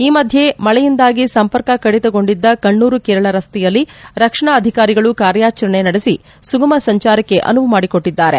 ಈ ಮಧ್ಯೆ ಮಳೆಯಿಂದಾಗಿ ಸಂಪರ್ಕ ಕಡಿತಗೊಂಡಿದ್ದ ಕಣ್ಣೂರು ಕೇರಳ ರಸ್ತೆಯಲ್ಲಿ ರಕ್ಷಣಾ ಅಧಿಕಾರಿಗಳು ಕಾರ್ಯಚರಣೆ ನಡೆಸಿ ಸುಗಮ ಸಂಚಾರಕ್ಕೆ ಅನುವು ಮಾಡಿಕೊಟ್ಲಿದ್ದಾರೆ